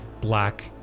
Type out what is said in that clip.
black